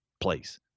place